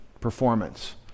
performance